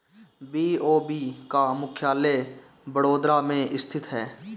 BOB का मुख्यालय बड़ोदरा में स्थित है